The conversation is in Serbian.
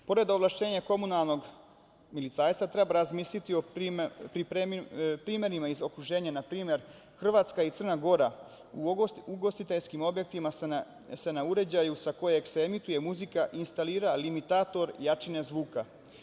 Pored ovlašćenja komunalnog milicajca treba razmisliti o primerima iz okruženja, na primer Hrvatska i Crna Gora u ugostiteljskim objektima se na uređaju sa koga se emituje muzika instalirala limitator jačine zvuka.